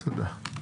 תודה.